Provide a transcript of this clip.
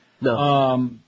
No